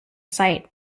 site